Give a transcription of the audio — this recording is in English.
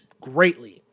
greatly